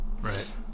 right